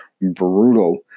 brutal